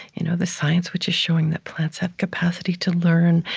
you know the science which is showing that plants have capacity to learn,